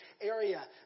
area